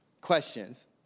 questions